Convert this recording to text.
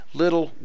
little